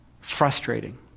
frustrating